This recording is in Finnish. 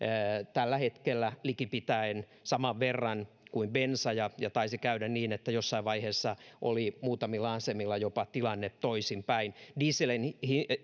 tällä hetkellä likipitäen saman verran kuin bensa ja ja taisi käydä niin että jossain vaiheessa oli muutamilla asemilla tilanne jopa toisin päin dieselin